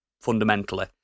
fundamentally